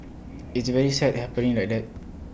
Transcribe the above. it's very sad happening like that